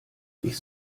ich